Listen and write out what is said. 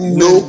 no